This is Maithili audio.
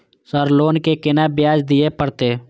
सर लोन के केना ब्याज दीये परतें?